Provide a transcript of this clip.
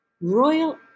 Royal